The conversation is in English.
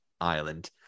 Ireland